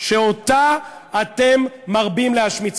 שאותה אתם מרבים להשמיץ.